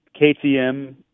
KTM